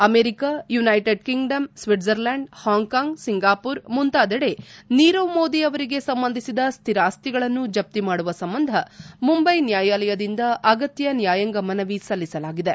America United Kingdom Switzerland Hong Kong Singapore ಮುಂತಾದೆಡೆ ನೀರವ್ ಮೋದಿ ಅವರಿಗೆ ಸಂಬಂಧಿಸಿದ ಸ್ಥಿರಾಸ್ತಿಗಳನ್ನು ಜಪ್ತಿ ಮಾಡುವ ಸಂಬಂಧ ಮುಂಬೈ ನ್ಯಾಯಾಲಯದಿಂದ ಅಗತ್ಯ ನ್ಯಾಯಾಂಗ ಮನವಿ ಸಲ್ಲಿಸಲಾಗಿದೆ